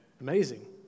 amazing